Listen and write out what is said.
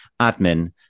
admin